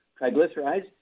triglycerides